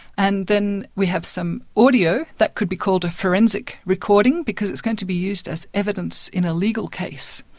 and then we have some audio that could be called a forensic recording, because it's going to be used as evidence in a legal case.